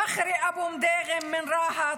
פכרי אבו מדיגם מרהט,